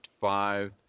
five